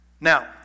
Now